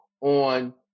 on